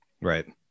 Right